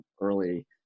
early